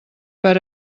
per